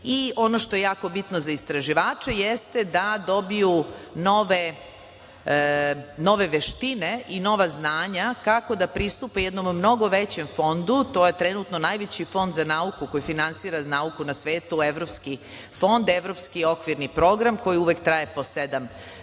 što je jako bitno za istraživače jeste da dobiju nove veštine i nova znanja kako da pristupe jednom mnogo većem fondu a to je trenutno najveći fond za nauku, koji finansira nauku na svetu, evropski fond, evropski okvirni program koji uvek traje po sedam godina. Bilo